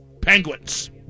Penguins